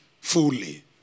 fully